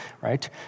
right